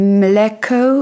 mleko